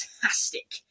fantastic